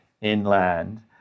inland